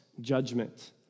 judgment